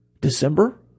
December